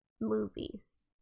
movies